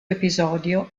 episodio